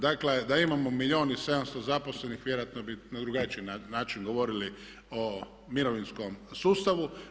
Dakle, da imamo milijun i 700 zaposlenih vjerojatno bi na drugačiji način govorili o mirovinskom sustavu.